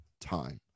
time